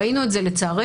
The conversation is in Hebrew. ראינו את זה לצערנו.